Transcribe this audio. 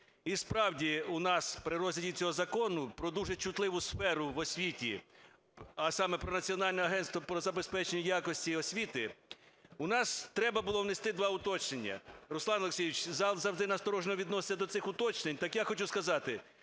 І, справді, у нас при розгляді цього закону про дуже чутливу сферу в освіті, а саме про Національне агентство по забезпеченню якості освіти, треба було внести два уточнення. Руслан Олексійович, зал завжди насторожено відноситься до цих уточнень, так я хочу сказати,